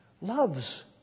loves